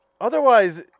otherwise